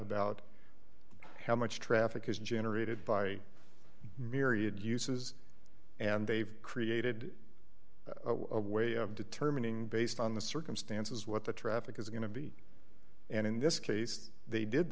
about how much traffic is generated by myriad uses and they've created a way of determining based on the circumstances what the traffic is going to be and in this case they did